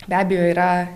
be abejo yra